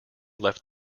left